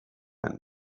and